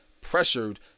pressured